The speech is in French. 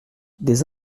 des